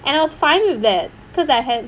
and I was fine with that because I had